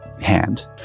hand